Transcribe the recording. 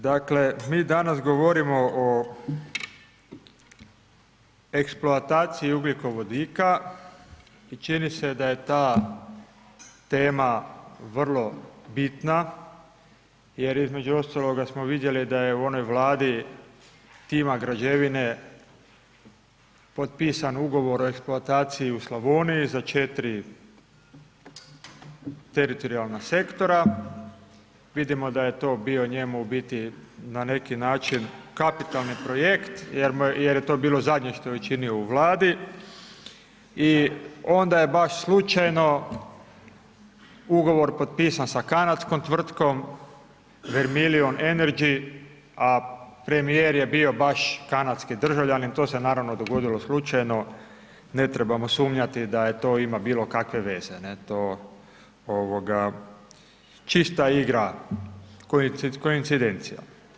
Dakle, mi danas govorimo o eksploataciji ugljikovodika i čini se da je ta tema vrlo bitna jer između ostaloga smo vidjeli da je u onoj Vladi, tima građevine, potpisan Ugovor o eksploataciji u Slavoniji za 4 teritorijalna sektora, vidimo da je to bio njemu u biti na neki način kapitalni projekt jer je to bilo zadnje što je učinio u Vladi i onda je baš slučajno ugovor potpisan sa kanadskom tvrtkom … [[Govornik se ne razumije]] , a premijer je bio baš kanadski državljanin, to se naravno dogodilo slučajno, ne trebamo sumnjati da je to ima bilo kakve veze, ne to čista igra koincidencija.